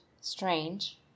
Strange